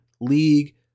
league